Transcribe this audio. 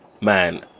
Man